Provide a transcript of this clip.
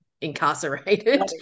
incarcerated